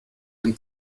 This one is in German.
dem